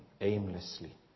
aimlessly